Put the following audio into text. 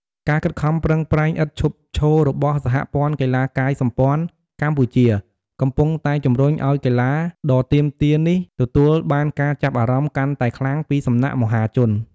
ការខិតខំប្រឹងប្រែងឥតឈប់ឈររបស់ សហព័ន្ធកីឡាកាយសម្ព័ន្ធកម្ពុជា កំពុងតែជំរុញឱ្យកីឡាដ៏ទាមទារនេះទទួលបានការចាប់អារម្មណ៍កាន់តែខ្លាំងពីសំណាក់មហាជន។